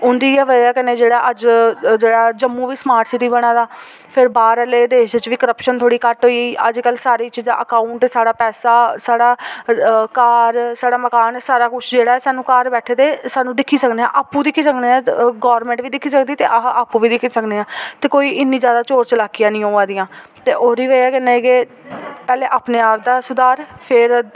उं'दी ऐ वजह् कन्नै जेह्ड़ा अज्ज जेह्ड़ा जम्मू बी स्मार्ट सिटी बना दा फिर बाह्र आह्ले देश च बी क्रपशन थोह्ड़ी घट्ट होई गेई अज्जकज सारी चीजां अकाउंट साढ़ा पैसा साढ़ा घर साढ़ा मकान सारा कुछ जेह्ड़ा ऐ सानू घर बैठे दे सानू दिक्खी सकने आं आपूं दिक्खी सकने आं गोरमेंट बी दिक्खी सकदी ते अह आपूं बी दिक्खी सकने आं ते कोई इन्नी ज्यादा चोर चलाकियां नेईं होऐ दियां ते ओह्दी वजह् कन्नै पैह्ले अपने आप दा सुधार फिर